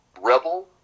Rebel